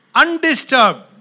undisturbed